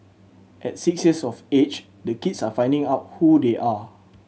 at six years of age the kids are finding out who they are